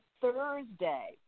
Thursday